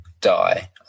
die